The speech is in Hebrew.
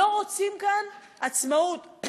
לא רוצים כאן עצמאות.